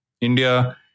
India